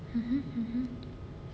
mmhmm mmhmm